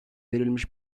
verilmiş